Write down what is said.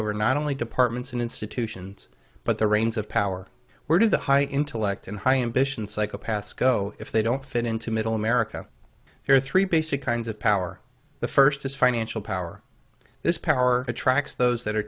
over not only departments and institutions but the reins of power where do the high intellect and high ambition psychopaths go if they don't fit into middle america there are three basic kinds of power the first is financial power this power attracts those that are